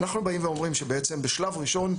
אנחנו באים ואומרים שבעצם בשלב ראשון,